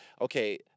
Okay